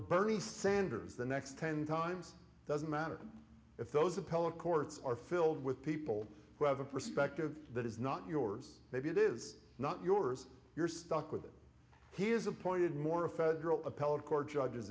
bernie sanders the next ten times doesn't matter if those appellate courts are filled with people who have a perspective that is not yours maybe it is not yours you're stuck with it he is appointed more a federal appellate court judges